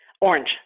Orange